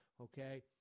Okay